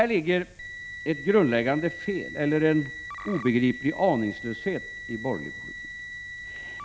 Här finns en obegriplig aningslöshet i borgerlig politik.